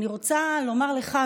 אני רוצה לומר לך,